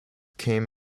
came